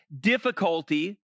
difficulty